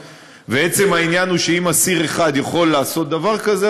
ועצם העניין הוא שאם אסיר אחד יכול לעשות דבר כזה,